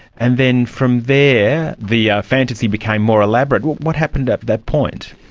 and then from there the fantasy became more elaborate. what happened at that point?